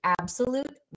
absolute